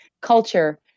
culture